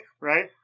right